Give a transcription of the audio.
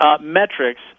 Metrics